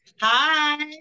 Hi